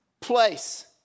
place